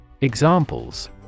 Examples